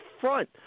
front